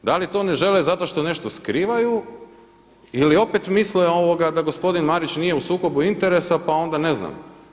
Da li to ne žele zato što nešto skrivaju ili opet misle da gospodin Marić nije u sukobu interesa pa onda ne znam.